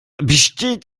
besteht